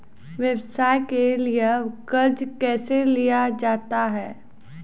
व्यवसाय के लिए कर्जा कैसे लिया जाता हैं?